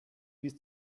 bis